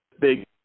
big